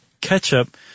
ketchup